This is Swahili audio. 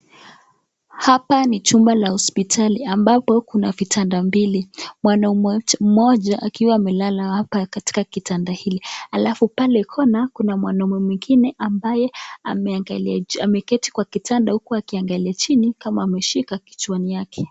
Hapa ni chumba la hospitali, ambapo kuna vitanda mbili. Mwanaume mmoja, akiwa amelala hapa katika kitanda hili. Alafu pale corner , kuna mwanaume mwingine ambaye ameangalia ameketi kwa kitanda huku akiangalia chini kama ameshika kichwani yake.